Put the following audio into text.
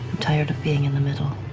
tired of being in the middle